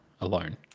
alone